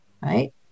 right